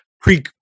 pre